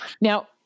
Now